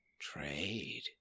Trade